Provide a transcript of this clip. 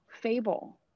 fable